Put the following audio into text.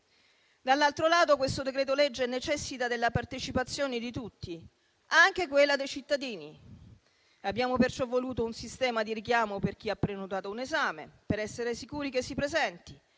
Dall'altro lato, questo decreto-legge necessita della partecipazione di tutti, anche di quella dei cittadini. Abbiamo perciò voluto un sistema di richiamo per chi ha prenotato un esame, per essere sicuri che si presenti,